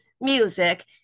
music